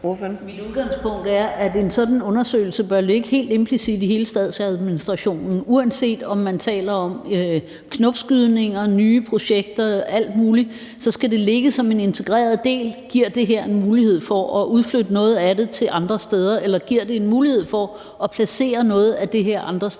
Mit udgangspunkt er, at en sådan undersøgelse bør ligge helt implicit i hele statsadministrationen. Uanset om man taler om knopskydninger og nye projekter og alt muligt, skal det ligge som en integreret del. Man skal spørge: Giver det her en mulighed for at udflytte noget af det til andre steder, eller giver det en mulighed for at placere noget af det her andre steder?